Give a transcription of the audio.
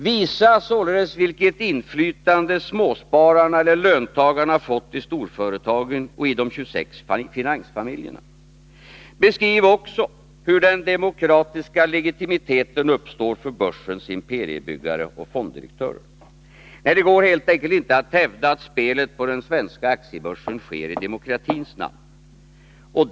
Visa således vilket inflytande småspararna eller löntagarna fått i storföretagen och i de 26 finansfamiljerna! Beskriv också hur den demokratiska legitimiteten för börsens imperiebyggare och fonddirektörer uppstår! Nej, det går helt enkelt inte att hävda att spelet på den svenska aktiebörsen sker i demokratins namn.